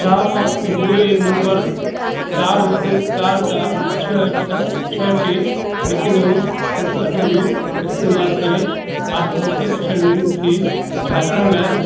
छा मां U A N number चारि हिकु चारि चारि छह अठ छह टे हिकु नव हिकु अठ जो इस्तेमाल करे पासबुक स्टेटमेंट खे जाचण लाइ